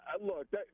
look